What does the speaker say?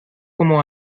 como